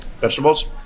vegetables